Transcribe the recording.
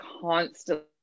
constantly